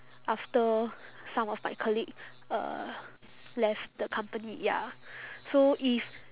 after some of my colleague uh left the company ya so if